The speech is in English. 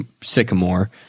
Sycamore